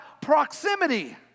proximity